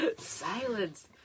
Silence